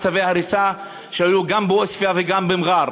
צווי הריסה שהיו גם בעוספיה וגם במע'אר,